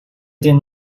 did